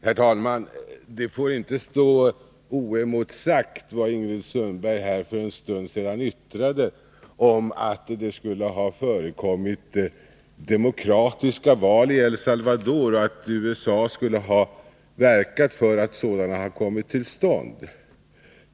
Herr talman! Vad Ingrid Sundberg här för en stund sedan yttrade om att det skulle ha förekommit demokratiska val i El Salvador och att USA skulle ha verkat för att sådana val har kommit till stånd får inte stå oemotsagt.